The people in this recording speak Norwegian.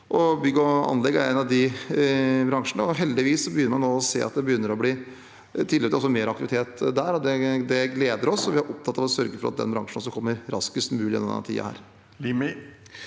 bygg og anlegg er en av de bransjene. Heldigvis begynner en nå å se at det er tilløp til mer aktivitet der, og det gleder oss. Vi er opptatt av å sørge for at også den bransjen kommer raskest mulig